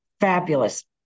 Fabulous